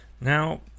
Now